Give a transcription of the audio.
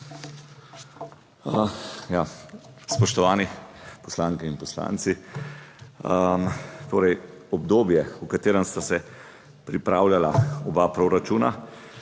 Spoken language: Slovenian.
Spoštovani poslanke in poslanci. Torej obdobje, v katerem sta se pripravljala oba proračuna,